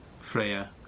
Freya